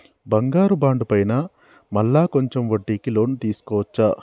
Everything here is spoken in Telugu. బంగారు బాండు పైన మళ్ళా కొంచెం వడ్డీకి లోన్ తీసుకోవచ్చా?